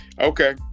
Okay